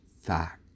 fact